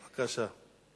בבקשה.